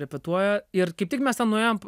repetuoja ir kaip tik mes nuėjom p